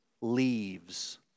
leaves